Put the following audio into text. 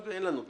אין לנו תיקון.